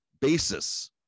basis